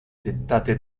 dettate